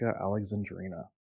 Alexandrina